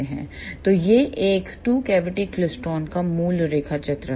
तो यह एक टू कैविटी क्लेस्ट्रॉन का मूल रेखा चित्र है